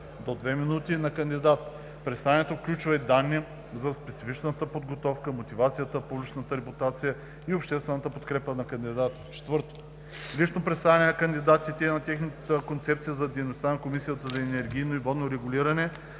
до две минути на кандидат. Представянето включва и данни за специфичната подготовка, мотивацията, публичната репутация и обществената подкрепа за кандидата. 4. Лично представяне на кандидатите и на тяхната концепция за дейността на Комисията за енергийно и водно регулиране